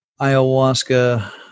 ayahuasca